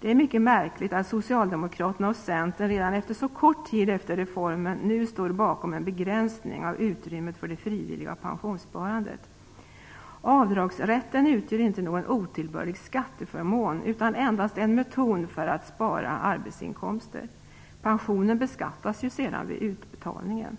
Det är mycket märkligt att socialdemokraterna och Centern redan så kort tid efter reformen nu står bakom en begränsning av utrymmet för det frivilliga pensionssparandet. Avdragsrätten utgör inte någon otillbörlig skatteförmån utan är endast en metod för att spara arbetsinkomster. Pensionen beskattas ju sedan vid utbetalningen.